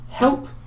Help